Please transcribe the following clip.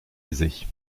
aisés